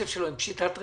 הוא בפשיטת רגל.